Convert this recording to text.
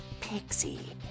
Pixie